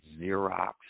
Xerox